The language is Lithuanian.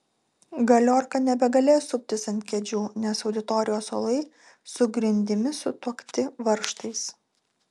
galiorka nebegalės suptis ant kėdžių nes auditorijos suolai su grindimis sutuokti varžtais